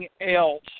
else